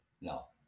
No